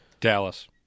Dallas